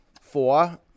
Four